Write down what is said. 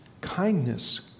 kindness